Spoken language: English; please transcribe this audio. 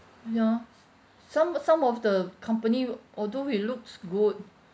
you know some some of the company although it looks good